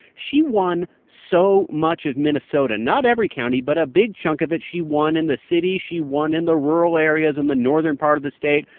she won so much of minnesota not every county but a big chunk of it. she won in the city she won in the rural areas in the northern part of the state.